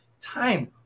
time